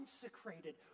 consecrated